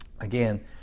Again